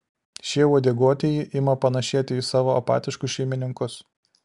šie uodeguotieji ima panašėti į savo apatiškus šeimininkus